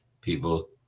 people